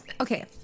Okay